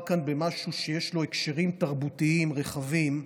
כאן במשהו שיש לו הקשרים תרבותיים רחבים,